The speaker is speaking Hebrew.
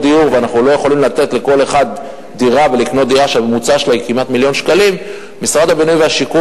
דיור ואנחנו לא יכולים לתת לכל אחד דירה ולקנות דירה שבממוצע המחיר שלה